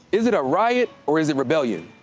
is it a riot, or is it rebellion?